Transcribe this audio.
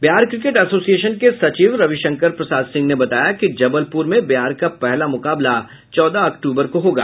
Bihar cricket association के सचिव रविशंकर प्रसाद सिंह ने बताया कि जबलपुर में बिहार का पहला मुकाबला चौदह अक्टूबर को होगा